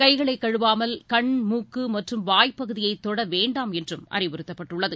கைகளை கழுவாமல் கண் மூக்கு மற்றும் வாய் பகுதியை தொட வேண்டாம் என்றும் அறிவுறுத்தப்பட்டுள்ளது